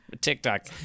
TikTok